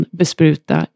bespruta